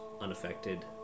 unaffected